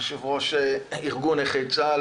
יושב-ראש ארגון נכי צה"ל,